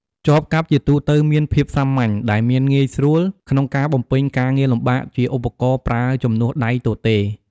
ចបកាប់ជាទូទៅមានភាពសាមញ្ញ ដែលមានងាយស្រួលក្នុងការបំពេញការងារលំបាក ជាឧបករណ៍ប្រើជំនួសដៃទទេរ។